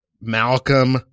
Malcolm